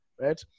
right